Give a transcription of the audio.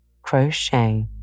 crochet